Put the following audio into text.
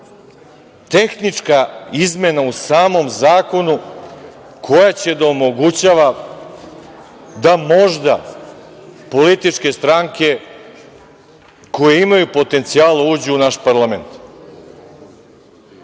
tehnička izmena u samom zakonu koja će da omogućava da možda političke stranke koje imaju potencijala uđu u naš parlament.